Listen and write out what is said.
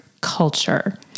culture